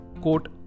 quote